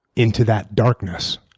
into that darkness.